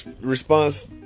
response